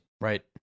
Right